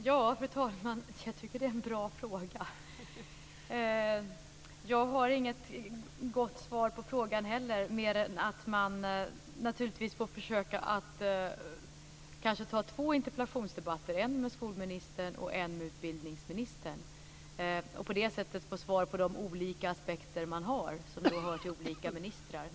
Fru talman! Jag tycker att det är en bra fråga. Jag har heller inget gott svar på frågan, mer än att man naturligtvis får försöka att ta två interpellationsdebatter - en med skolministern och en med utbildningsministern - och på det sättet få svar på de olika frågor man har som hör till olika ministrar.